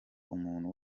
umuntu